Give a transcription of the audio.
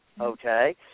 okay